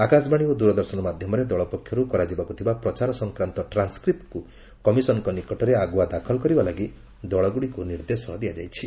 ଆକାଶବାଣୀ ଓ ଦୂରଦର୍ଶନ ମାଧ୍ୟମରେ ଦଳପକ୍ଷରୁ କରାଯିବାକୁ ଥିବା ପ୍ରଚାର ସଂକ୍ରାନ୍ତ ଟ୍ରାନ୍ସ୍କ୍ରିପ୍ଟକୁ କମିଶନଙ୍କ ନିକଟରେ ଆଗୁଆ ଦାଖଲ କରିବା ଲାଗି ଦଳଗୁଡ଼ିକୁ ନିର୍ଦ୍ଦେଶ ଦିଆଯାଇଛି